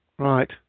Right